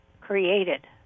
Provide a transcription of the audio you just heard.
created